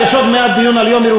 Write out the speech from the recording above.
יש קפה מאחורי המליאה.